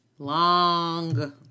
long